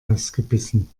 ausgebissen